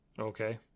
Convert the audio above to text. okay